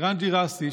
לירן ג'רסי,